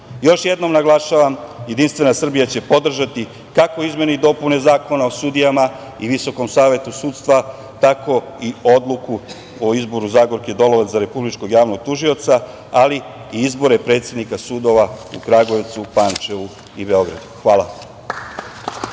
jednom naglašavam, Jedinstvena Srbija će podržati, kako izmene i dopune Zakona o sudijama i Visokom savetu sudstva, tako i odluku o izboru Zagorke Dolovac za Republičkog javnog tužioca, ali i izbore predsednika sudova u Kragujevcu, Pančevu i Beogradu. Hvala.